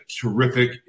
terrific